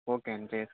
okay అండి